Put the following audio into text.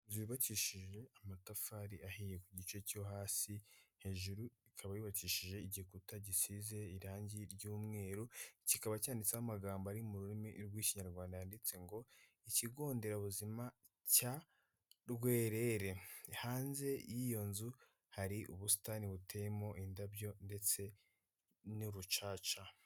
Inzu yubakishije amatafari ahiye ku gice cyo hasi, hejuru ikaba yubakishije igikuta gisize irangi ry'umweru, kikaba cyanditseho amagambo ari mu rurimi rw'Ikinyarwanda yanditse ngo: "Ikigo nderabuzima cya Rwerere". Hanze y'iyo nzu hari ubusitani buteyemo indabyo ndetse n'urucaca.